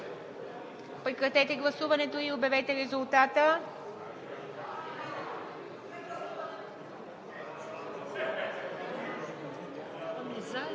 прекратете гласуването и обявете резултата.